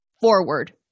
forward